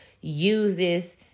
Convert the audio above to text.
uses